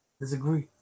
Disagree